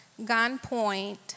gunpoint